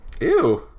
ew